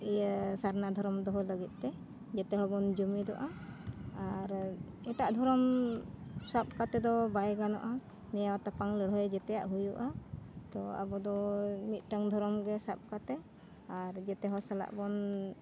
ᱤᱭᱟᱹ ᱥᱟᱨᱱᱟ ᱫᱷᱚᱨᱚᱢ ᱫᱚᱦᱚ ᱞᱟᱹᱜᱤᱫ ᱛᱮ ᱡᱚᱛᱚ ᱦᱚᱲ ᱵᱚᱱ ᱡᱩᱢᱤᱫᱚᱜᱼᱟ ᱟᱨ ᱮᱴᱟᱜ ᱫᱷᱚᱨᱚᱢ ᱥᱟᱵ ᱠᱟᱛᱮ ᱫᱚ ᱵᱟᱭ ᱜᱟᱱᱚᱜᱼᱟ ᱱᱮᱭᱟᱣ ᱛᱟᱯᱟᱢ ᱞᱟᱹᱲᱦᱟᱹᱭ ᱡᱚᱛᱚᱣᱟᱜ ᱦᱩᱭᱩᱜᱼᱟ ᱛᱚ ᱟᱵᱚ ᱫᱚ ᱢᱤᱫᱴᱟᱝ ᱫᱷᱚᱨᱚᱢ ᱜᱮ ᱥᱟᱵ ᱠᱟᱛᱮ ᱟᱨ ᱡᱚᱛᱚ ᱦᱚᱸ ᱥᱟᱞᱟᱜ ᱵᱚᱱ